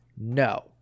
no